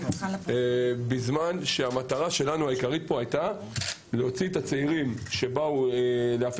בזמן שהמטרה העיקרית שלנו הייתה להוציא את הצעירים שבאו להפר